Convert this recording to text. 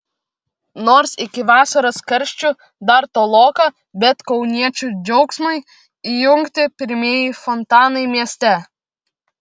nors iki vasaros karščių dar toloka bet kauniečių džiaugsmui įjungti pirmieji fontanai mieste